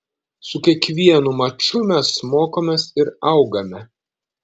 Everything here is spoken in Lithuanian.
su kiekvienu maču mes mokomės ir augame